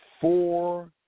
Four